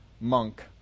Monk